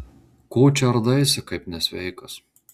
ko čia ardaisi kaip nesveikas